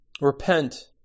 Repent